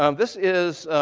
um this is